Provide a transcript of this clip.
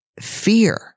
fear